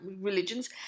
religions